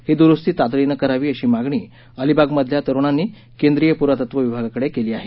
ही दुरूस्ती तातडीने करावी अशी मागणी अलिबागमधल्या तरूणांनी केंद्रीय पुरातत्व विभागाकडे केली आहे